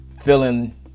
feeling